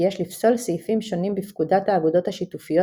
כי יש לפסול סעיפים שונים בפקודת האגודות השיתופיות